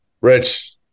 Rich